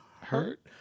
hurt